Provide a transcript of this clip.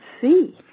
see